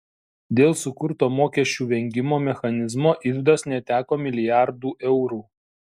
dėl sukurto mokesčių vengimo mechanizmo iždas neteko milijardų eurų